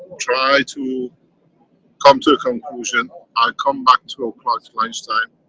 try to come to a conclusion. i come back two o'clock lunchtime